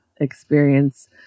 experience